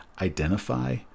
identify